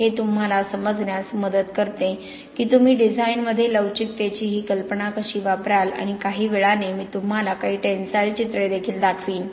हे तुम्हाला हे समजण्यास मदत करते की तुम्ही डिझाइनमध्ये लवचिकतेची ही कल्पना कशी वापराल आणि काही वेळाने मी तुम्हाला काही टेनसाईल चित्रे देखील दाखवीन